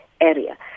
area